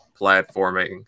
platforming